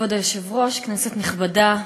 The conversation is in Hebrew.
כבוד היושב-ראש, כנסת נכבדה,